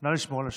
נא לשמור על השקט.